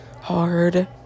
hard